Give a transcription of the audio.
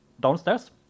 downstairs